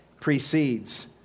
precedes